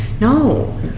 No